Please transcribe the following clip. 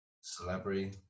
Celebrity